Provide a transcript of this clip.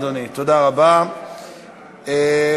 תודה רבה לך, אדוני.